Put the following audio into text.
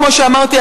כמו שאמרתי,